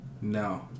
No